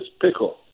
pickle